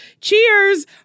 Cheers